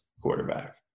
quarterback